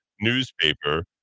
newspaper